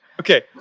Okay